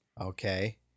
okay